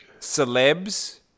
Celebs